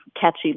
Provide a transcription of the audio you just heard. catchy